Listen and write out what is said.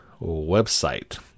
website